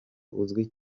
uzwi